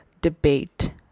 debate